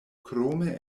krome